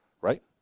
right